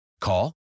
Call